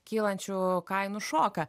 kylančių kainų šoką